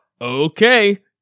Okay